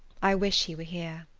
i wish he were here.